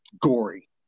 gory